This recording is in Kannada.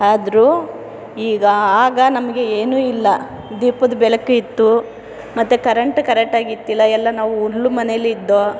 ಆದರೂ ಈಗ ಆಗ ನಮಗೆ ಏನು ಇಲ್ಲ ದೀಪದ ಬೆಳಕೆ ಇತ್ತು ಮತ್ತೆ ಕರಂಟ್ ಕರೆಕ್ಟಾಗಿ ಇತ್ತಿಲ್ಲ ಎಲ್ಲ ನಾವು ಉಲ್ ಮನೇಲಿದ್ದೋ